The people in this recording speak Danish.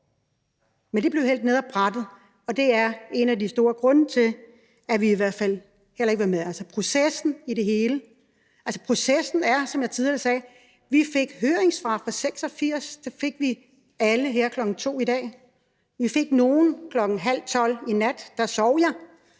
Men det blev hældt ned ad brættet, og det er en af de store grunde til, at vi i hvert fald ikke vil være med. Altså, processen har været, som jeg tidligere sagde, at vi fik 86 høringssvar, og det fik vi alle her kl. 14.00 i dag. Vi fik nogle kl. 00.30 i nat – der sov jeg